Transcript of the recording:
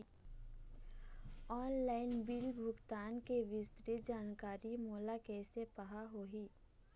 Online bill भुगतान के विस्तृत जानकारी मोला कैसे पाहां होही?